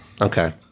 okay